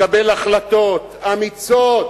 לקבל החלטות אמיצות,